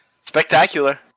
Spectacular